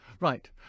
Right